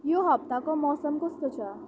यो हप्ताको मौसम कस्तो छ